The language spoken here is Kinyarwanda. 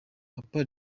papa